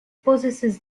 possesses